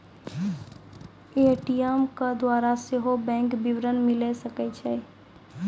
ATM के द्वारा सेहो बैंक विबरण मिले सकै छै